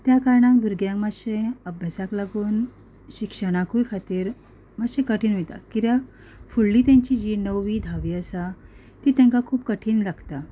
त्या कारणान भुरग्यां मातशें अभ्यासाक लागून शिक्षणाकू खातीर मातशें कठीण वयता किद्याक फुडलीं तेंची जी नवी धावी आसा ती तेंकां खूब कठीण लागता